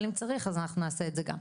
אבל אם צריך אז אנחנו נעשה את זה גם.